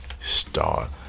start